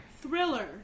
thriller